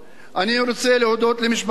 אני רוצה להודות למשפחתי,